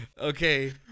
Okay